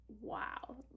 wow